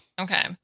Okay